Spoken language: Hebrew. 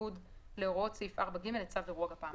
בניגוד להוראות סעיף 4(ג) לצו אירוע גפ"מ,